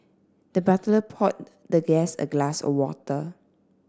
the butler poured the guest a glass of water